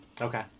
Okay